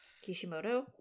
Kishimoto